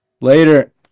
Later